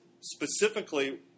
specifically